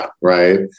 right